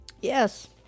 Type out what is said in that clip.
Yes